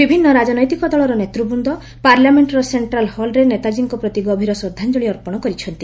ବିଭିନ୍ନ ରାଜନୈତିକ ଦଳର ନେତୃବୃନ୍ଦ ପାର୍ଲାମେଷ୍ଟର ସେଣ୍ଟ୍ରାଲ ହଲ୍ରେ ନେତାଜୀଙ୍କ ପ୍ରତି ଗଭୀର ଶ୍ରଦ୍ଧାଞ୍ଜଳି ଅର୍ପଣ କରିଛନ୍ତି